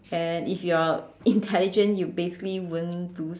and if you're intelligent you basically won't do